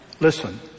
Listen